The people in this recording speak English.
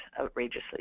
outrageously